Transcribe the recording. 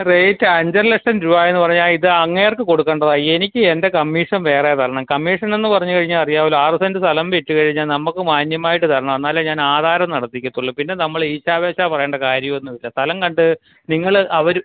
rate അഞ്ചരലക്ഷം രൂപ എന്നു പറഞ്ഞാൽ ഇത് അങ്ങേർക്ക് കൊടുക്കേണ്ടതാണ് എനിക്ക് എൻ്റെ കമ്മീഷൻ വേറെ തരണം കമ്മീഷനെന്നു പറഞ്ഞു കഴിഞ്ഞാൽ അറിയാമല്ലോ ആറ് സെൻറ്റ് സ്ഥലം വിറ്റു കഴിഞ്ഞാൽ നമുക്ക് മാന്യമായിട്ട് തരണം എന്നാലേ ഞാൻ ആധാരം നടത്തിക്കത്തുള്ളൂ പിന്നെ നമ്മൾ ഈശാ പേശാ പറയേണ്ട കാര്യം ഒന്നുമില്ല സ്ഥലം കണ്ട് നിങ്ങൾ അവർ